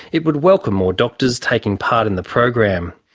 it would welcome more doctors taking part in the program.